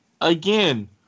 again